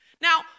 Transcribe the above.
Now